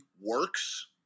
works